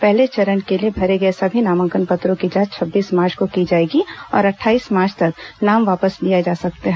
पहले चरण के लिए भरे गए सभी नामांकन पत्रों की जांच छब्बीस मार्च को की जाएगी और अट्ठाईस मार्च तक नाम वापस लिए जा सकते हैं